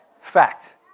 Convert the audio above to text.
Fact